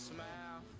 Smile